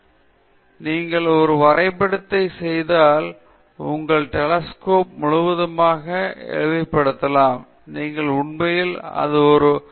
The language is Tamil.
மறுபுறம் நீங்கள் ஒரு வரைபடத்தை செய்தால் உங்கள் டெலெஸ்கோபி முழுவதுமாக எளிமைப்படுத்தலாம் நீங்கள் உண்மையில் உங்கள் சோலார் பேனல்கள் களை சிறப்பிக்கும்